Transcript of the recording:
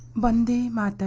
monday but